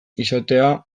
izatea